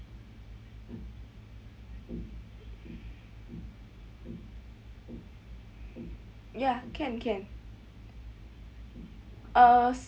ya can can uh